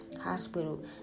hospital